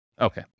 Okay